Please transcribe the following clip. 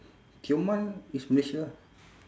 tioman is malaysia ah